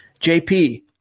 JP